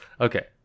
okay